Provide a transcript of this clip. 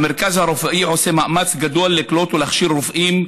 המרכז הרפואי עושה מאמץ גדול לקלוט ולהכשיר רופאים,